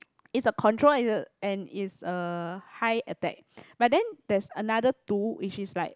it's a control it's a and it's a high attack but then there's another two which is like